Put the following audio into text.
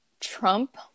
trump